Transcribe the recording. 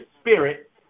spirit